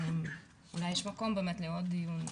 אולי יש מקום באמת לעוד דיון.